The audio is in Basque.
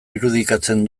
irudikatzen